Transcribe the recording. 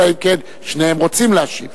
אלא אם כן שניהם רוצים להשיב.